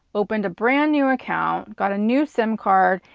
opened a brand new account, got a new sim card,